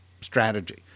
strategy